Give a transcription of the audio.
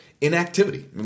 inactivity